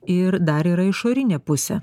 ir dar yra išorinė pusė